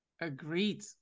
Agreed